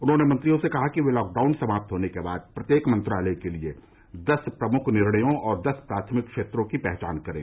उन्होंने मंत्रियों से कहा कि वे लॉकडाउन समाप्त होने के बाद प्रत्येक मंत्रालय के लिये दस प्रमुख निर्णयों और दस प्राथमिक क्षेत्रों की पहचान करें